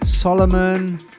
Solomon